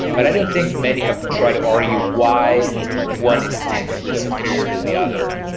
but i don't think many have tried to argue why one is technically superior to the other.